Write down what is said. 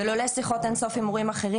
ולולא שיחות אין סוף עם הורים אחרים,